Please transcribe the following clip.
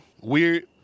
weird